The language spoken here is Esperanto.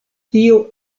tio